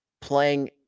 playing